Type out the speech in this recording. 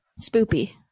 Spoopy